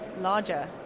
larger